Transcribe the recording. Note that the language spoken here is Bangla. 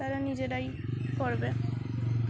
তারা নিজেরাই করবে